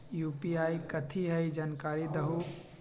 UPI कथी है? जानकारी दहु